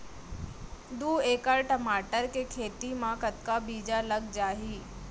दू एकड़ टमाटर के खेती मा कतका बीजा लग जाही?